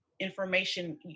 information